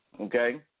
Okay